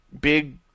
big